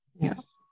Yes